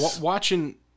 watching